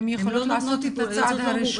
הן יכולות לעשות את הצעד הראשון ---.